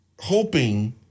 hoping